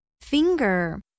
finger